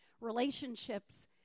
Relationships